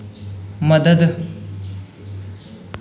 मदद